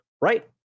right